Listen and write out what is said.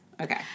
Okay